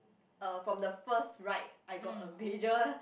uh from the first ride I got a major